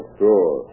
sure